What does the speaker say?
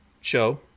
show